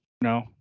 No